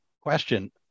question